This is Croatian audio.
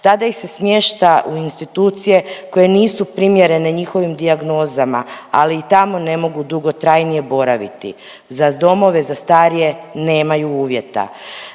Tada ih se smješta u institucije koje nisu primjerene njihovim dijagnozama, ali i tamo ne mogu dugo trajnije boraviti, za domove za starije nemaju uvjeta.